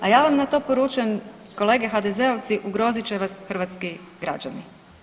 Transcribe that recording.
A ja vam na to poručujem kolege HDZ-ovci ugrozit će vas hrvatski građani.